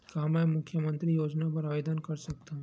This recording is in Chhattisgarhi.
का मैं मुख्यमंतरी योजना बर आवेदन कर सकथव?